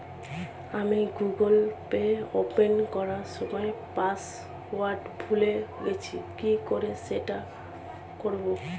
আমি Google pay open করার সময় পাসওয়ার্ড ভুলে গেছি কি করে সেট করব?